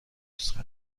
نسخه